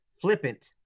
flippant